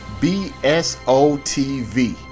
B-S-O-T-V